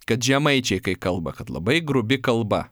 kad žemaičiai kai kalba kad labai grubi kalba